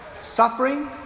Suffering